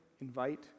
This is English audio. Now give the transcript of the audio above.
invite